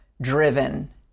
driven